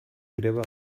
greba